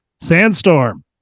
Sandstorm